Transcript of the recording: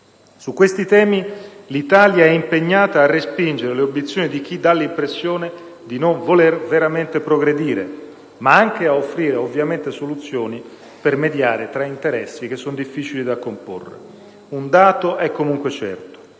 Su tali temi, l'Italia è impegnata a respingere le obiezioni di chi dà l'impressione di non voler veramente progredire, ma anche ad offrire soluzioni per mediare tra interessi difficili da comporre. Un dato è, comunque, certo: